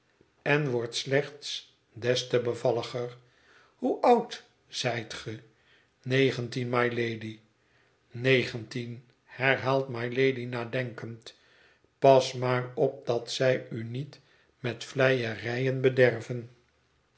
en wordt slechts des te bevalliger hoe oud zijt ge negentien mylady negentien herhaalt mylady nadenkend pas maar op dat zij u niet met vleierijen bederven